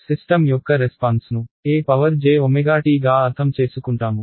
system యొక్క రెస్పాన్స్ను e jt గా అర్థం చేసుకుంటాము